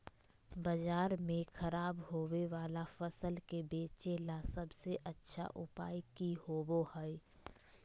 बाजार में खराब होबे वाला फसल के बेचे ला सबसे अच्छा उपाय की होबो हइ?